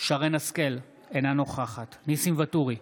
שרן מרים השכל, אינה נוכחת ניסים ואטורי,